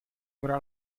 avrà